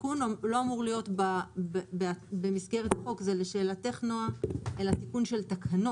לא אמור להיות במסגרת חוק אלא במסגרת תיקון של תקנות.